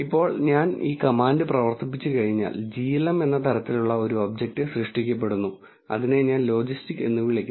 ഇപ്പോൾ ഞാൻ ഈ കമാൻഡ് പ്രവർത്തിപ്പിച്ചുകഴിഞ്ഞാൽ glm എന്ന തരത്തിലുള്ള ഒരു ഒബ്ജക്റ്റ് സൃഷ്ടിക്കപ്പെടുന്നു അതിനെ ഞാൻ ലോജിസ്റ്റിക് എന്ന് വിളിക്കുന്നു